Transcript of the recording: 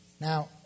Now